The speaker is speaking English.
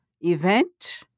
event